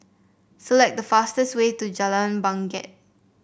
select the fastest way to Jalan Bangket